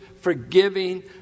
forgiving